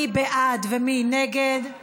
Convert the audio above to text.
מי בעד ומי נגד?